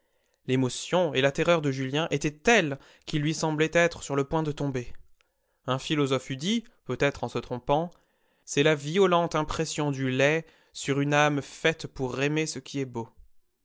l'émotion et la terreur de julien étaient telles qu'il lui semblait être sur le point de tomber un philosophe eût dit peut-être en se trompant c'est la violente impression du laid sur une âme faite pour aimer ce qui est beau